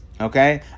Okay